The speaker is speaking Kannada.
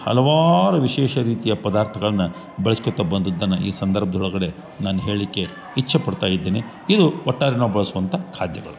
ಹಲವಾರು ವಿಶೇಷ ರೀತಿಯ ಪದಾರ್ಥಗಳನ್ನ ಬೆಳ್ಸ್ಕೊತಾ ಬಂದದ್ದನ್ನ ಈ ಸಂದರ್ಭ್ದೊಳ್ಗಡೆ ನಾನು ಹೇಳಲಿಕ್ಕೆ ಇಚ್ಛೆ ಪಡ್ತಾಯಿದ್ದೇನೆ ಇದು ಒಟ್ಟಾರೆ ನಾವು ಬಳ್ಸುವಂ ಥಖಾದ್ಯಗಳು